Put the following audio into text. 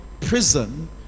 prison